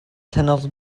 tynnodd